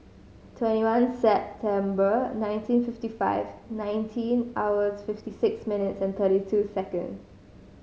twenty one September nineteen fifty five nineteen hours fifty six minutes and thirty two seconds